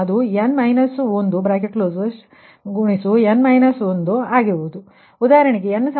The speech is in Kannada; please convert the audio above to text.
ಆದ್ದರಿಂದ ಈ ಉದಾಹರಣೆಗಾಗಿ n 3 ಏಕೆಂದರೆ ಇದು 3 ಬಸ್ ಸಮಸ್ಯೆಗಳು